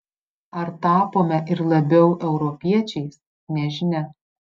ar tapome ir labiau europiečiais nežinia